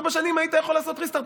ארבע שנים היית יכול לעשות ריסטרט.